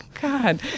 god